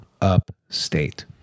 upstate